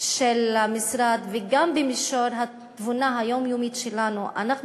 של המשרד וגם במישור התבונה היומיומית שלנו אנחנו